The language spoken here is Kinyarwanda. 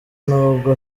nubwo